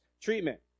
treatment